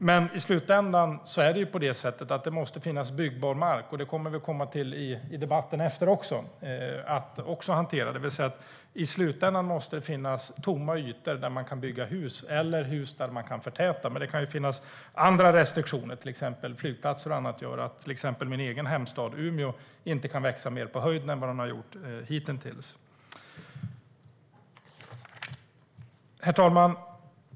Men i slutändan är det på det sättet att det måste finnas byggbar mark. Det kommer vi väl att komma att hantera i debatten efter denna också, det vill säga att det i slutändan måste finnas tomma ytor där man kan bygga hus - eller hus där man kan förtäta. Det kan dock finnas andra restriktioner; till exempel flygplatser och annat gör att bland annat min hemstad Umeå inte kan växa mer på höjden än vad den har gjort hittills. Herr talman!